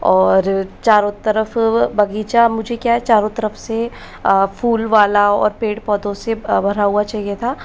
और चारों तरफ बगीचा मुझे क्या है चारों तरफ से फूल वाला और पेड़ पौधों से भरा हुआ चाहिए था